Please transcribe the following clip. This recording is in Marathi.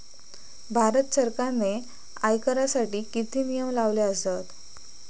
भारत सरकारने आयकरासाठी किती नियम लावले आसत?